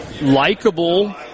likable